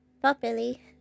properly